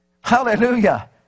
Hallelujah